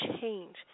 change